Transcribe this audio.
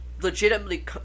legitimately